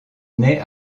naît